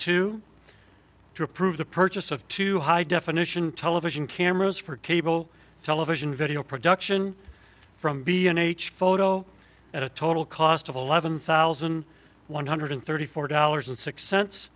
to approve the purchase of two high definition television cameras for cable television video production from b and h photo at a total cost of eleven thousand one hundred thirty four dollars and six cents